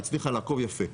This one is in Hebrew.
היא הצליחה לעקוב יפה.